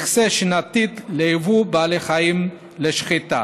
מכסה שנתית ליבוא בעלי חיים לשחיטה.